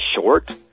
short